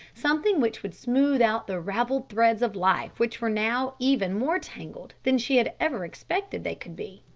something which would smooth out the ravelled threads of life which were now even more tangled than she had ever expected they could be.